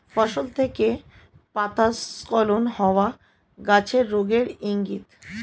ফসল থেকে পাতা স্খলন হওয়া গাছের রোগের ইংগিত